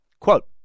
Quote